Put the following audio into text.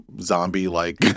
zombie-like